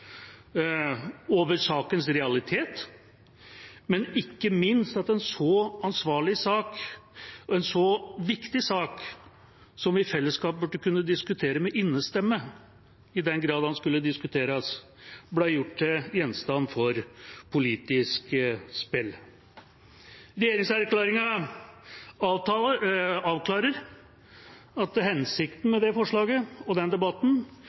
over sakens realitet, men ikke minst over at en alvorlig og viktig sak som vi i fellesskap burde kunne diskutere med innestemme – i den grad den skulle diskuteres – ble gjort til gjenstand for politisk spill. Regjeringserklæringen avklarer at hensikten med det forslaget og den debatten